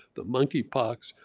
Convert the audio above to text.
the monkey pox,